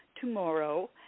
tomorrow